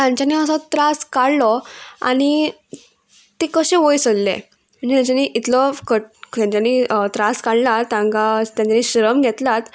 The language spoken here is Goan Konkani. तांच्यानी असो त्रास काडलो आनी ते कशे वयर सरले आनी तेंच्यानी इतलो कड तेंच्यानी त्रास काडला तांकां तेंच्यानी श्रम घेतलात